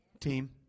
Team